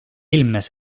ilmnes